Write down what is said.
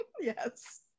Yes